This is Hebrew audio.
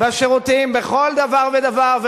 בשירותים ובכל דבר ודבר.